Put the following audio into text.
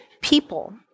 people